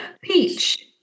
Peach